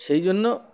সেই জন্য